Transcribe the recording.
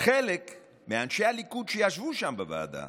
חלק מאנשי הליכוד שישבו שם בוועדה